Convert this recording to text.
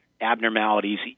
abnormalities